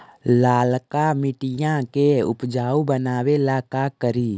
लालका मिट्टियां के उपजाऊ बनावे ला का करी?